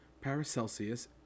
Paracelsus